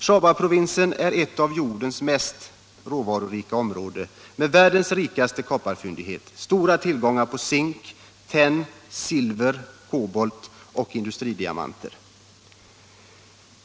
Shabaprovinsen är ett av jordens mest råvarurika områden med världens rikaste kopparfyndighet, stora tillgångar på zink, tenn, silver, kobolt och industridiamanter.